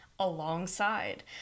alongside